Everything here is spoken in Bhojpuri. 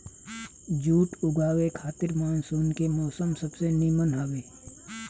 जुट उगावे खातिर मानसून के मौसम सबसे निमन हवे